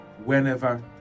whenever